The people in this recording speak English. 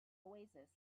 oasis